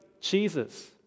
Jesus